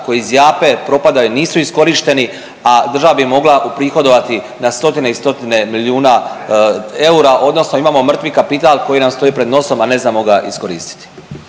koji zjape i propadaju, nisu iskorišteni, a država bi mogla uprihodovati na stotine i stotine milijuna eura odnosno imamo mrtvi kapital koji nam stoji pred nosom, a ne znamo ga iskoristiti.